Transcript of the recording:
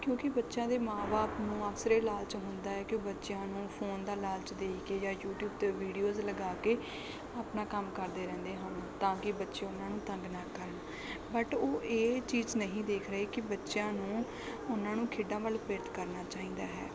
ਕਿਉਂਕਿ ਬੱਚਿਆਂ ਦੇ ਮਾਂ ਬਾਪ ਨੂੰ ਅਕਸਰ ਇਹ ਲਾਲਚ ਹੁੰਦਾ ਹੈ ਕਿ ਉਹ ਬੱਚਿਆਂ ਨੂੰ ਫੋਨ ਦਾ ਲਾਲਚ ਦੇ ਕੇ ਜਾਂ ਯੂਟੀਊਬ 'ਤੇ ਵੀਡੀਓਜ਼ ਲਗਾ ਕੇ ਆਪਣਾ ਕੰਮ ਕਰਦੇ ਰਹਿੰਦੇ ਹਨ ਤਾਂ ਕਿ ਬੱਚੇ ਉਹਨਾਂ ਨੂੰ ਤੰਗ ਨਾ ਕਰਨ ਬਟ ਉਹ ਇਹ ਚੀਜ਼ ਨਹੀਂ ਦੇਖ ਰਹੇ ਕਿ ਬੱਚਿਆਂ ਨੂੰ ਉਹਨਾਂ ਨੂੰ ਖੇਡਾਂ ਵੱਲ ਪ੍ਰੇਰਿਤ ਕਰਨਾ ਚਾਹੀਦਾ ਹੈ